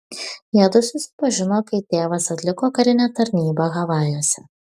jiedu susipažino kai tėvas atliko karinę tarnybą havajuose